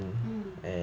mm